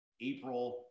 April